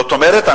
זאת אומרת,